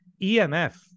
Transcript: EMF